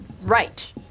right